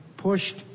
pushed